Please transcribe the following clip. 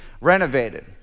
renovated